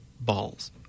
balls